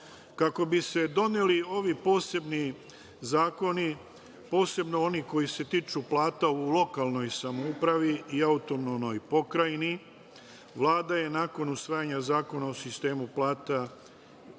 bi se doneli ovi posebni zakoni, posebno oni koji se tiču plata u lokalnoj samoupravi i AP, Vlada je nakon usvajanja Zakona o sistemu plata